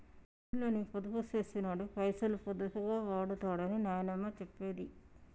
నీళ్ళని పొదుపు చేసినోడే పైసలు పొదుపుగా వాడుతడని నాయనమ్మ చెప్పేది